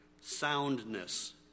soundness